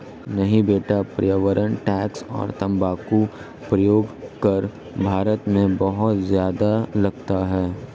नहीं बेटा पर्यावरण टैक्स और तंबाकू प्रयोग कर भारत में बहुत ज्यादा लगता है